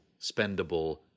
spendable